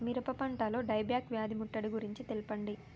మిరప పంటలో die back వ్యాధి ముట్టడి గురించి తెల్పండి?